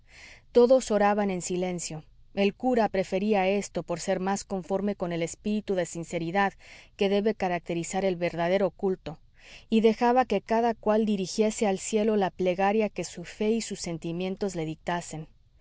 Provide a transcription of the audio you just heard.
todos oraban en silencio el cura prefería esto por ser más conforme con el espíritu de sinceridad que debe caracterizar el verdadero culto y dejaba que cada cual dirigiese al cielo la plegaria que su fe y sus sentimientos le dictasen